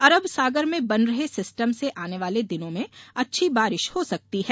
अरब सागर में बन रहे सिस्टम से आने वाले दिनों में अच्छी बारिश हो सकती है